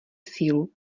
sílu